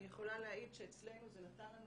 אני יכולה להעיד שאצלנו זה נתן לנו